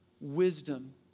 wisdom